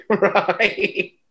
right